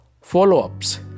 follow-ups